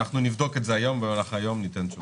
נבדוק את זה היום והיום ניתן תשובה.